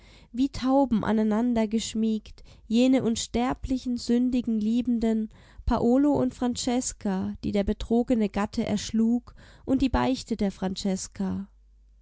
wie tauben aneinandergeschmiegt jene unsterblichen sündigen liebenden paolo und francesca die der betrogene gatte erschlug und die beichte der francesca